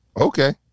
Okay